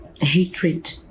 hatred